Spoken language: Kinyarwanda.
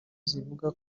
zivuga